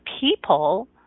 people